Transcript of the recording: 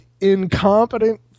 incompetent